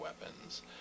weapons